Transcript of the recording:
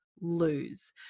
lose